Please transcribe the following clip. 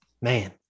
Man